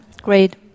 great